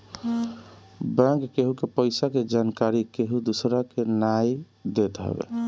bank केहु के पईसा के जानकरी केहू दूसरा के नाई देत हवे